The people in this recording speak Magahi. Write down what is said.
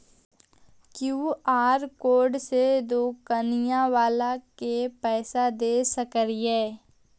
कियु.आर कोडबा से दुकनिया बाला के पैसा दे सक्रिय?